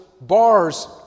bars